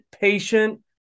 patient